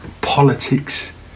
politics